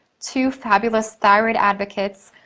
two fabulous thyroid advocates,